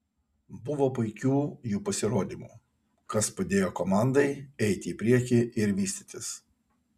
buvo puikių jų pasirodymų kas padėjo komandai eiti į priekį ir vystytis